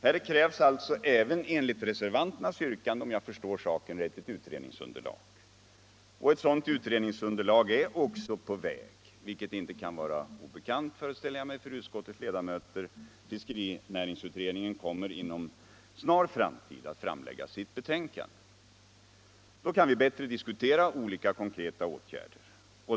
Här krävs alltså enligt reservanternas yrkande, om jag förstår saken rätt, ett utredningsunderlag. Ett sådant utredningsunderlag är också på väg, vilket inte kan vara obekant, föreställer jag mig, för utskottets ledamöter. Fiskerinäringsutredningen kommer inom en snar framtid att framlägga sitt betänkande. Då kan vi bättre diskutera olika konkreta åtgärder.